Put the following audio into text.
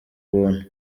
buntu